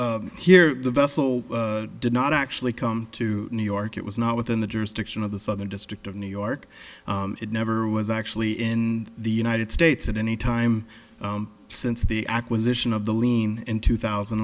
so here the vessel did not actually come to new york it was not within the jurisdiction of the southern district of new york it never was actually in the united states at any time since the acquisition of the lien in two thousand